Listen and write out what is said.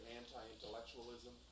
anti-intellectualism